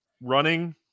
running